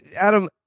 Adam